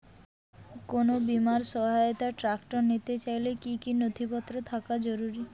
কোন বিমার সহায়তায় ট্রাক্টর নিতে চাইলে কী কী নথিপত্র থাকা জরুরি?